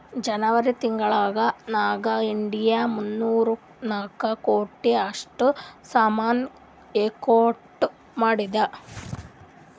ಜನೆವರಿ ತಿಂಗುಳ್ ನಾಗ್ ಇಂಡಿಯಾ ಮೂನ್ನೂರಾ ನಾಕ್ ಕೋಟಿ ಅಷ್ಟ್ ಸಾಮಾನ್ ಎಕ್ಸ್ಪೋರ್ಟ್ ಮಾಡ್ಯಾದ್